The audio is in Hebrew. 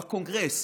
בקונגרס,